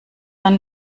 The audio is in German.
man